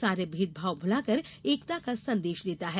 सारे भेदभाव भूलाकर एकता का संदेश देता है